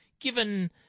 given